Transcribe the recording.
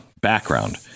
background